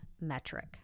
metric